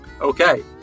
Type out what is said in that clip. Okay